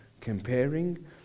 Comparing